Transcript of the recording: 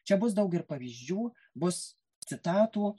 čia bus daug ir pavyzdžių bus citatų